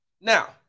Now